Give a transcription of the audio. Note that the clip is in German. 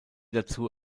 dazu